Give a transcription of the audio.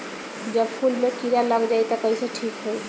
जब फूल मे किरा लग जाई त कइसे ठिक होई?